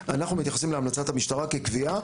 אנחנו מתייחסים להמלצת המשטרה כקביעה,